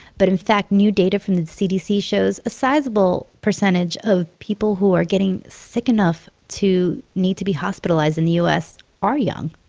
but in fact, new data from the cdc shows a sizable percentage of people who are getting sick enough to need to be hospitalized in the u s. are young.